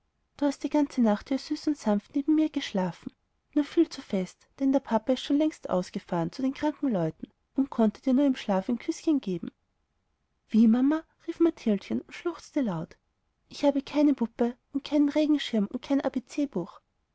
du hast die ganze nacht hier süß und sanft neben mir geschlafen nur viel zu fest denn der papa ist schon längst ausgefahren zu den kranken leuten und konnte dir nur im schlaf ein küßchen geben wie mama rief mathildchen und schluchzte laut ich habe keine puppe und keinen regenschirm und kein abcbuch